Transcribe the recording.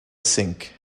sink